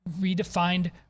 redefined